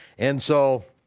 and so,